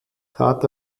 trat